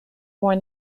worn